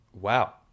wow